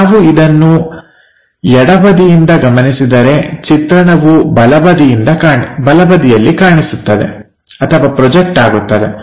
ನಾವು ಇದನ್ನು ಎಡಬದಿಯಿಂದ ಗಮನಿಸಿದರೆ ಚಿತ್ರಣವು ಬಲಬದಿಯಲ್ಲಿ ಕಾಣಿಸುತ್ತದೆ ಪ್ರೊಜೆಕ್ಟ್ ಆಗುತ್ತದೆ